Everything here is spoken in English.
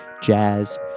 jazz